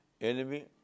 enemy